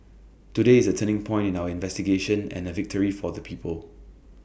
today is A turning point in our investigation and A victory for the people